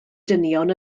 dynion